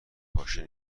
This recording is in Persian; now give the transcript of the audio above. پاشنه